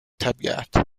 طبیعت